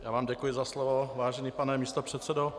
Já vám děkuji za slovo, vážený pane místopředsedo.